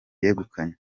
yegukanye